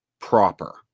proper